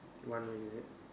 one way is it